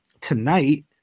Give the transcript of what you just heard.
tonight